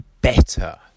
better